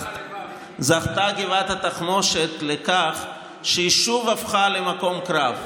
זכתה גבעת התחמושת לכך שהיא שוב הפכה למקום קרב,